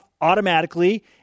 automatically